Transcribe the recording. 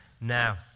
now